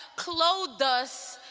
clothed us,